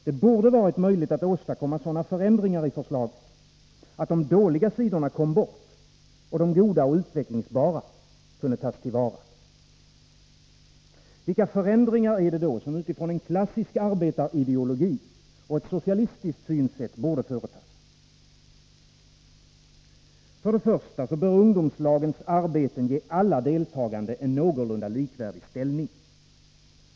Det borde ha varit möjligt att åstadkomma sådana förändringar i förslaget att de dåliga sidorna kom bort och de goda och utvecklingsbara sidorna kunde tas till vara. Vilka förändringar är det då som utifrån en klassisk arbetarideologi och ett socialistiskt synsätt borde företas? För det första bör ungdomslagens arbeten ge alla deltagande en någorlunda likvärdig ställning.